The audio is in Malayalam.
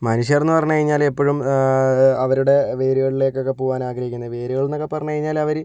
മനുഷ്യരെന്ന് പറഞ്ഞു കഴിഞ്ഞാൽ എപ്പോഴും അവരുടെ വേരുകളിലേക്കൊക്കെ പോകാൻ ആഗ്രഹിക്കുന്ന വേരുകൾ എന്നൊക്കെ പറഞ്ഞു കഴിഞ്ഞാൽ അവർ